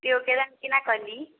सेब के दाम केना कहली